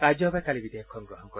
ৰাজ্য সভাই কালি বিধেয়কখন গ্ৰহণ কৰে